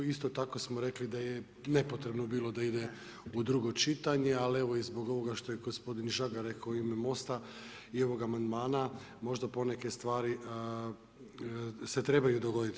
Isto tako smo rekli da je nepotrebno bilo da ide u drugo čitanje, ali evo i zbog ovoga što je gospodin Žagar rekao u ime MOST-a i ovog amandmana možda poneke stvari se trebaju dogoditi.